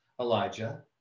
Elijah